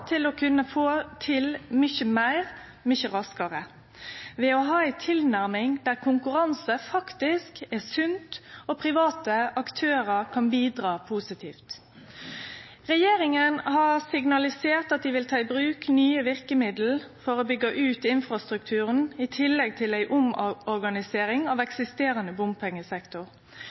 til å kunne få til mykje meir, mykje raskare, ved å ha ei tilnærming der konkurranse faktisk er sunt, og private aktørar kan bidra positivt. Regjeringa har signalisert at dei vil ta i bruk nye verkemiddel for å byggje ut infrastrukturen, i tillegg til ei omorganisering av den eksisterande